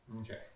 Okay